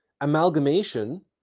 amalgamation